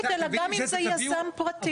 אלא גם אם זה יזם פרטי.